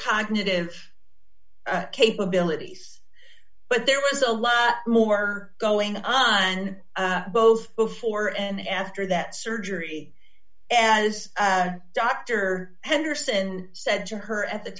cognitive capabilities but there was a lot more going on and both before and after that surgery and as dr anderson said to her at the